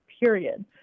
Period